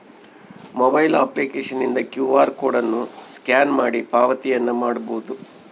mobile ಅಪ್ಲಿಕೇಶನ್ನಿಂದ Q R code ಅನ್ನು scan ಮಾಡಿ ಪಾವತಿಯನ್ನ ಮಾಡಬೊದು